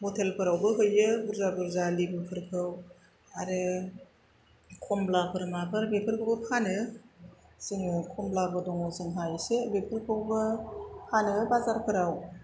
हटेलफोरावबो हैयो बुरजा बुरजा लिबुफोरखौ आरो खमलाफोर माफोर बेफोरखौबो फानो जोङो खमलाबो दङ जोंहा एसे बेफोरखौबो फानो बाजारफोराव